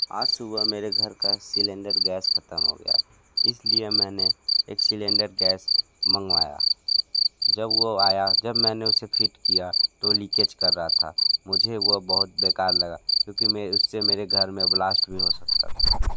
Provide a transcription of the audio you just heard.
आज सुबह मेरे घर का सिलेंडर गैस खत्म हो गया इसलिए मैंने एक सिलेंडर गैस मंगवाया जब वो आया जब मैंने उसे फिट किया तो लीकेज कर रहा था मुझे बहुत बेकार लगा क्योंकि मैं उससे मेरे घर में ब्लास्ट भी हो सकता था